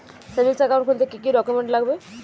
Savings account খুলতে কি কি ডকুমেন্টস লাগবে?